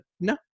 no